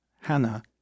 Hannah